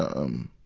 um,